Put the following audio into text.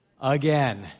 again